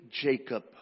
Jacob